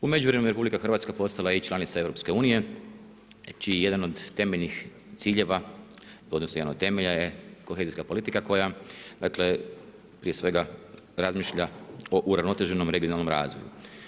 U međuvremenu RH postala je i članica EU čiji je jedan od temeljnih ciljeva, odnosno jedan od temelja je kohezijska politika koja, prije svega, razmišlja o uravnoteženom regionalnom razvoju.